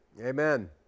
Amen